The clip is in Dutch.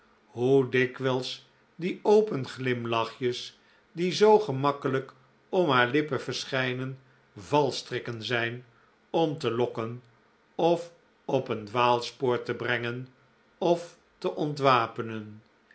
hoe dikwijls die open glimlachjes die zoo gemakkelijk om haar lippen verschijnen valstrikken zijn om te lokken of op een dwaalspoor te brengen of te ontwapenen